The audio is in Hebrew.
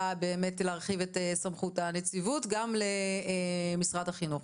באמת להרחיב את סמכות הנציבות גם למשרד החינוך,